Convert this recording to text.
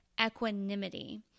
equanimity